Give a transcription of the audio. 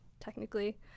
technically